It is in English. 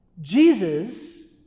Jesus